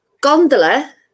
Gondola